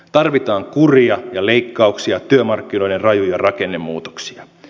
tarvitaan kuria ja leikkauksia työmarkkinoiden rajuja rakennemuutoksia